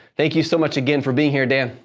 thank you so much again for being here dan.